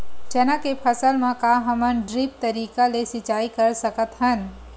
चना के फसल म का हमन ड्रिप तरीका ले सिचाई कर सकत हन?